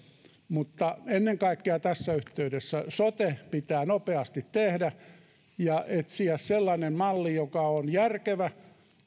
mutta ennen kaikkea tässä yhteydessä sote pitää nopeasti tehdä ja etsiä sellainen malli joka on järkevä